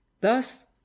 thus